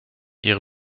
ihre